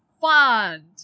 fun